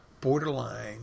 borderline